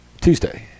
Tuesday